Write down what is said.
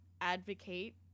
advocate